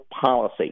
policy